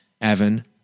Evan